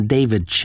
David